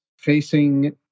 facing